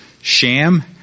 Sham